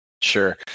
Sure